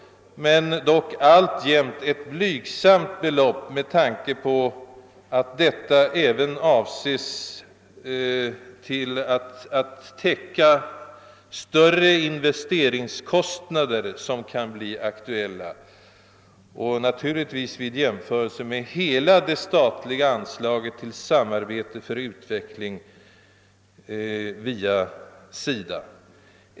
Det är dock alltjämt ett blygsamt belopp med tanke på att det även avses täcka större investeringskostnader som kan bli aktuella. Detta gäller naturligtvis också vid jämförelse med hela den väldiga anslagssumman till samarbete för utveckling via SIDA.